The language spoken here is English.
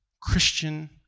Christian